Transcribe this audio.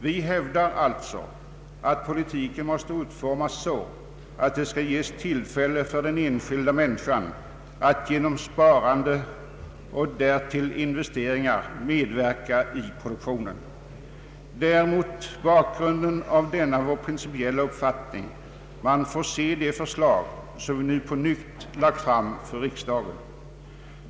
Vi hävdar alltså att politiken måste utformas så att det ges tillfälle för den enskilda människan att genom sparande och därtill investeringar medverka i produktionen. Det är mot bakgrunden av denna vår principiella uppfattning som de förslag får ses som vi nu på nytt lagt fram för riksdagen.